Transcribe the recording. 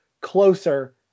closer